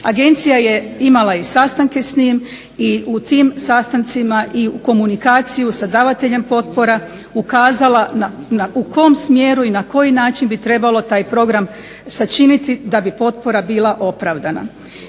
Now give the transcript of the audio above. Agencija je imala i sastanke s njim i u tim sastancima i komunikaciju sa davateljem potpora ukazala u kom smjeru i na koji način bi trebalo taj program sačiniti da bi potpora bila opravdana.